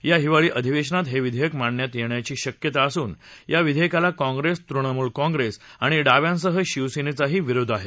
या हिवाळी अधिवेशनात हे विधेयक मांडण्यात येण्याची शक्यता असून या विधेयकाला काँग्रेस तृणमूल काँग्रेस आणि डाव्यांसह शिवसेनेचाही विरोध आहे